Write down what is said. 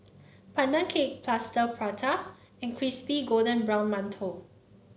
Pandan Cake Plaster Prata and Crispy Golden Brown Mantou